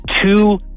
two